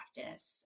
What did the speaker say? practice